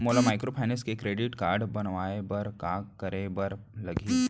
मोला माइक्रोफाइनेंस के credit card बनवाए बर का करे बर लागही?